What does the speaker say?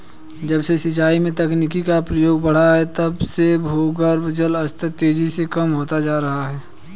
जब से सिंचाई में तकनीकी का प्रयोग बड़ा है तब से भूगर्भ जल स्तर तेजी से कम होता जा रहा है